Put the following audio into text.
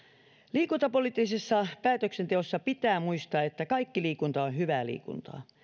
liikuntapoliittisessa päätöksenteossa pitää muistaa että kaikki liikunta on hyvää liikuntaa